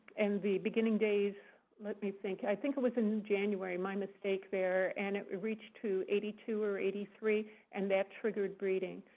and the beginning days let me think. i think it was in january, my mistake there, and it reached to eighty two or eighty three and that triggered breeding.